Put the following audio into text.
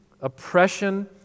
oppression